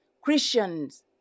Christians